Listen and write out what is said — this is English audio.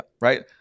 right